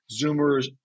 zoomers